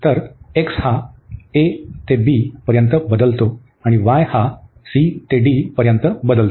तर x हा a ते b पर्यंत बदलतो आणि y हा c ते d पर्यंत बदलतो